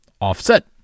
offset